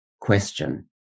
question